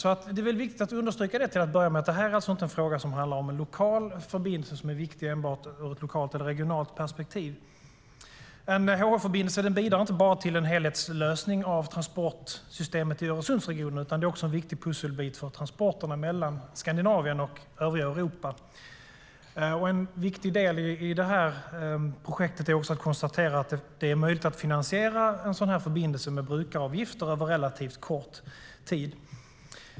Till att börja med är det viktigt att understryka att detta alltså inte handlar om en lokal förbindelse som är viktig enbart ur ett lokalt eller regionalt perspektiv. En Helsingborg-Helsingör-förbindelse bidrar inte bara till en helhetslösning av transportsystemet i Öresundsregionen utan är också en viktig pusselbit för transporterna mellan Skandinavien och övriga Europa. En viktig del i det här projektet är också att konstatera att det är möjligt att finansiera en sådan här förbindelse med brukaravgifter över relativt kort tid.